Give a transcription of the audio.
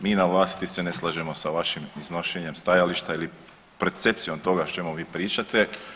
Mi na vlasti se ne slažemo sa vašim iznošenjem stajališta ili percepcijom toga o čemu vi pričate.